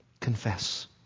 confess